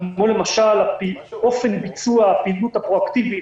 כמו למשל אופן ביצוע הפעילות הפרואקטיבית